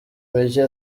micye